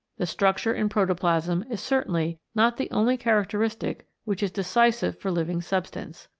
the structure in protoplasm is certainly not the only characteristic which is decisive for living substance.